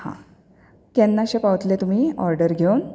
हां केन्नाशें पावतले तुमी ऑर्डर घेवन